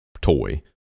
toy